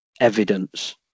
evidence